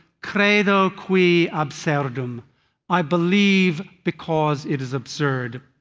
credo quia absurdum i believe because it is absurd.